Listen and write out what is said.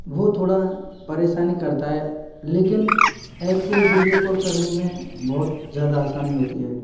वो थोड़ा परेशानी करता है लेकिन ऐप से वीडियो कॉल करने में बहुत ज़्यादा आसानी होती है